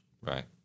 right